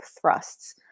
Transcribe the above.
thrusts